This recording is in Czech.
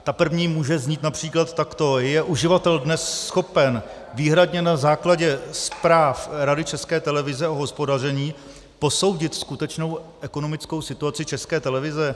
Ta první může znít například takto: Je uživatel dnes schopen výhradně na základě zpráv Rady České televize o hospodaření posoudit skutečnou ekonomickou situaci České televize?